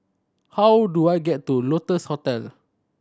how do I get to Lotus Hostel